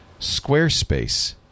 Squarespace